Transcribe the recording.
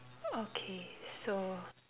okay so